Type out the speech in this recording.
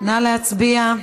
נא להצביע.